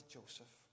Joseph